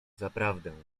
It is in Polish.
zaprawdę